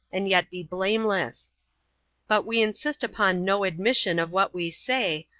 and yet be blameless but we insist upon no admission of what we say,